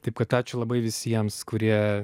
taip kad ačiū labai visiems kurie